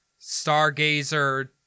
Stargazer